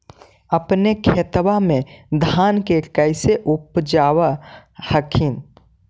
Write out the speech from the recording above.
अपने खेतबा मे धन्मा के कैसे उपजाब हखिन?